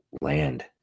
land